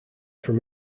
from